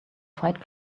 fight